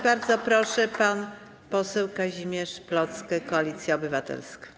Bardzo proszę, pan poseł Kazimierz Plocke, Koalicja Obywatelska.